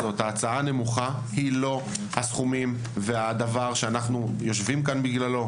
הנמוכה היא לא הסכומים והדבר שאנו יושבים פה בגללו,